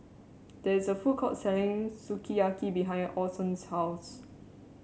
there is a food court selling Sukiyaki behind Orson's house